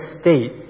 state